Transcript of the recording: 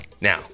Now